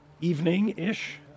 evening-ish